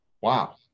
wow